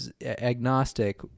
agnostic